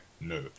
no